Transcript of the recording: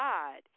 God